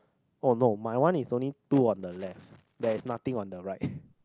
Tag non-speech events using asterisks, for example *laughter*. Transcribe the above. oh no my one is only two on the left there's nothing on the right *breath*